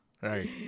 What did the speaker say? Right